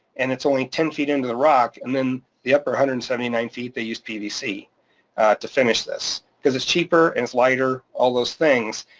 and it's only ten feet into the rock, and then the upper one hundred and seventy nine feet, they use pvc to finish this, cause it's cheaper and it's lighter, all those things,